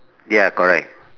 ya correct